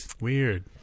Weird